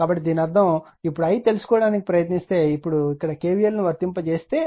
కాబట్టి దీని అర్థం ఇప్పుడు i తెలుసుకోవడానికి ప్రయత్నిస్తే ఇప్పుడు ఇక్కడ k v l ను వర్తింపచేస్తే